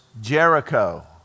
Jericho